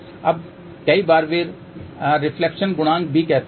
अब कई बार वे रिफ्लेक्शन गुणांक भी कहते हैं